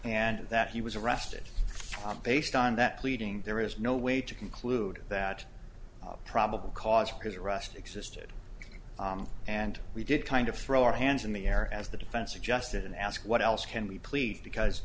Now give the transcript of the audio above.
and that he was arrested based on that pleading there is no way to conclude that probable cause because they rushed existed and we did kind of throw our hands in the air as the defense adjusted and asked what else can we please because